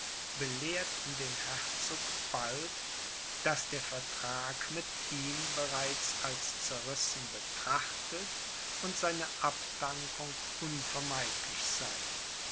belehrten den herzog bald daß der vertrag mit ihm bereits als zerrissen betrachtet und seine abdankung unvermeidlich sei